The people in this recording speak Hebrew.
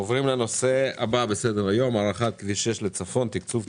עוברים לנושא הבא בסדר-היום: הארכת כביש 6 לצפון תקצוב,